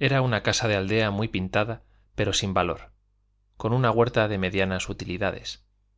era una casa de aldea muy pintada pero sin valor con una huerta de medianas utilidades